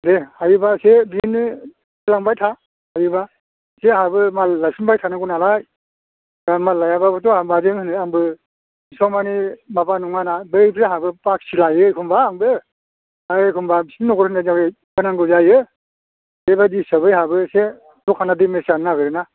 दे हायोबा एसे बिदिनो होलांबाय हायोबा एसे आंहाबो माल लायफिनबाय थानांगौ नालाय दा माल लायाबाबोथ' आंहा माजों होनो आंबो एसेबां मानि माबा नङा ना जाहाबो बाखि लायो एखमबा आंबो ओमफ्राय एखमबा आंहा बिसिनो नगर होनांगौ जायो बेबायदि हिसाबै आंहाबो दखाना देमेज जानो नागिरो ना